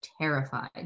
terrified